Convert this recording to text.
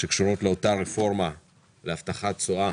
בהמשך לרפורמה שעברה בחוק ההסדרים האחרון,